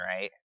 right